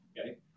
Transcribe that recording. okay